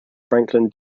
franklin